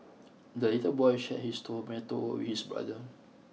the little boy shared his tomato with his brother